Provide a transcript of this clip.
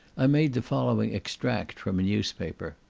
i made the following extract from a newspaper.